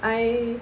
I